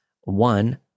One